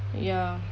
ya